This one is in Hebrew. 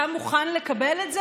אתה מוכן לקבל את זה?